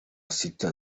sita